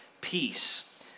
peace